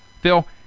Phil